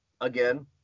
again